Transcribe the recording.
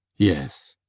yes.